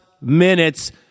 minutes